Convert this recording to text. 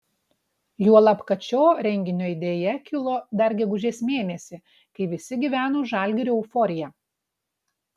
juolab kad šio renginio idėja kilo dar gegužės mėnesį kai visi gyveno žalgirio euforija